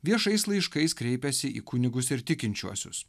viešais laiškais kreipėsi į kunigus ir tikinčiuosius